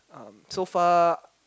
um so far